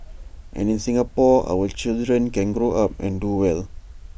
and in Singapore our children can grow up and do well